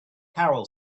carol